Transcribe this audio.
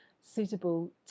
suitable